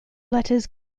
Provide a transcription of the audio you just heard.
letters